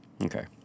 Okay